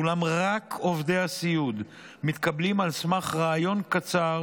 אולם רק עובדי הסיעוד מתקבלים על סמך ריאיון קצר